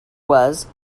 was